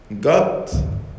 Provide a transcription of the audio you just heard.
God